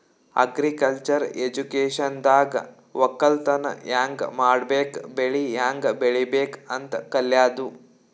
agriculture ಎಜುಕೇಶನ್ದಾಗ್ ವಕ್ಕಲತನ್ ಹ್ಯಾಂಗ್ ಮಾಡ್ಬೇಕ್ ಬೆಳಿ ಹ್ಯಾಂಗ್ ಬೆಳಿಬೇಕ್ ಅಂತ್ ಕಲ್ಯಾದು